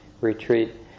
retreat